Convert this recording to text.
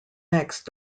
next